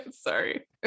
Sorry